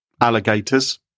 Alligators